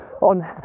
on